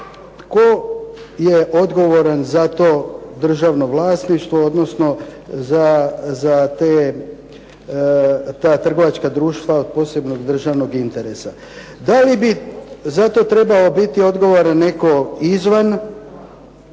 tko je odgovoran za to državno vlasništvo odnosno za ta trgovačka društva od posebnog državnog interesa. Da li bi za to trebao biti odgovoran netko izvan